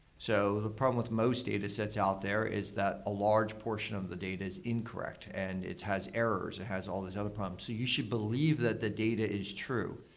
so the problem with most datasets out there is that a large portion of the data is incorrect, and it has errors, it has all these other problems. you should believe that the data is true.